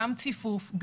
גם ציפוף,